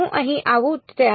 હું અહીં આવું ત્યારે